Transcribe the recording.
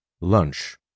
Lunch